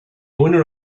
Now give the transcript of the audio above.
owner